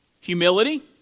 Humility